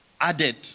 added